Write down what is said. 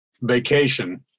vacation